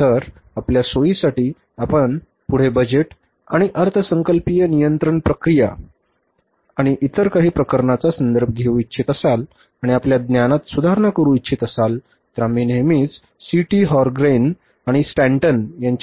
तर आपल्या सोयीसाठी आपण पुढे बजेट आणि अर्थसंकल्पीय नियंत्रण प्रक्रिया आणि इतर काही प्रकरणांचा संदर्भ घेऊ इच्छित असाल आणि आपल्या ज्ञानात सुधारणा करू इच्छित असाल तर आम्ही नेहमीच सी टी हॉरंग्रेन याबद्दल